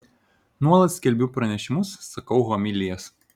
nuolat skelbiu pranešimus sakau homilijas